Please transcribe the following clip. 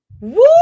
Woo